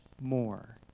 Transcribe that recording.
more